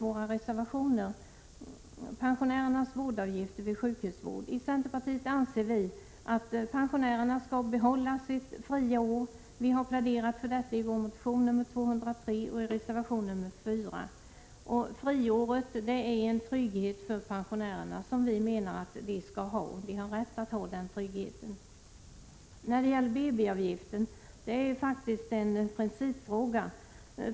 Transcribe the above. I en reservation behandlas pensionärernas vårdavgifter vid sjukhusvård. Centerpartiet anser att pensionärerna skall få behålla sitt friår. Vi har pläderat för detta i vår motion nr 203 och i reservation 4. Friåret innebär en trygghet för pensionärerna som de enligt vår mening har rätt att kräva. Frågan om BB-avgiften är faktiskt en principfråga.